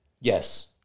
Yes